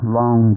long